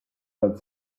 that